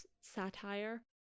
satire